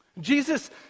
Jesus